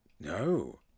No